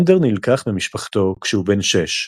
אנדר נלקח ממשפחתו כשהוא בן שש,